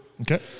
Okay